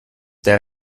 der